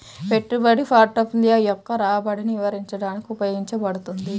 పెట్టుబడి పోర్ట్ఫోలియో యొక్క రాబడిని వివరించడానికి ఉపయోగించబడుతుంది